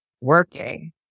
working